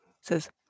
Says